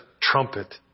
trumpet